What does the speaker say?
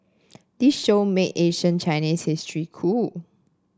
this show made ancient Chinese history cool